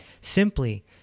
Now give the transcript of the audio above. Simply